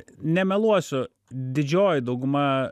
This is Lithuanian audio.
nemeluosiu didžioji dauguma